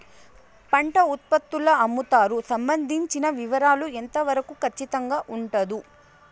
పంట ఉత్పత్తుల అమ్ముతారు సంబంధించిన వివరాలు ఎంత వరకు ఖచ్చితంగా ఉండదు?